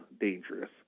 dangerous